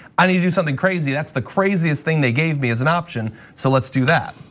i need to do something crazy. that's the craziest thing they gave me as an option, so let's do that.